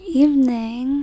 evening